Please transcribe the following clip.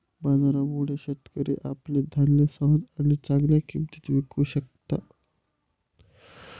बाजारामुळे, शेतकरी आपले धान्य सहज आणि चांगल्या किंमतीत विकू शकतो